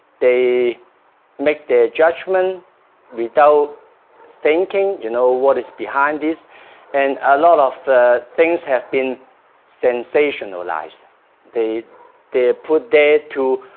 they make their judgement without thinking, you know what is behind this and a lot of things have been sensationalized they they are put there to